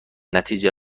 نتیجه